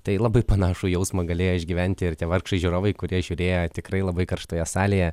tai labai panašų jausmą galėjo išgyventi ir tie vargšai žiūrovai kurie žiūrėjo tikrai labai karštoje salėje